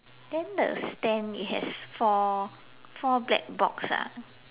then the stand it has four four black box ah